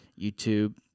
YouTube